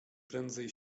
prędzej